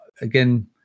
again